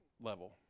level